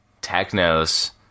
Technos